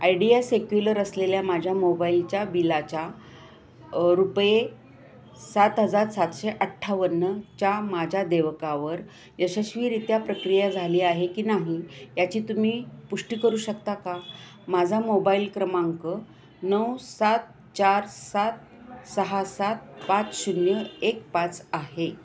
idea Cellular असलेल्या माझ्या मोबाईलच्या बिलाच्या रुपये सात हजार सातशे अठ्ठावन्नच्या माझ्या देवकावर यशस्वीरित्या प्रक्रिया झाली आहे की नाही याची तुम्ही पुष्टी करू शकता का माझा मोबाईल क्रमांक नऊ सात चार सात सहा सात पाच शून्य एक पाच आहे